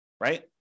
right